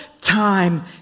time